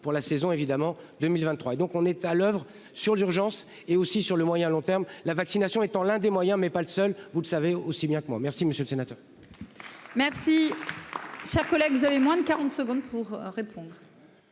pour la saison, évidemment 2023 et donc on est à l'oeuvre sur l'urgence et aussi sur le moyen long terme la vaccination étant l'un des moyens mais pas le seul, vous le savez aussi bien que moi. Merci monsieur le sénateur.-- Merci. Cher collègue, vous avez moins de 40 secondes pour.--